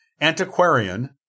antiquarian